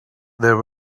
there